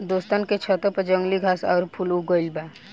दोस्तन के छतों पर जंगली घास आउर फूल उग गइल बा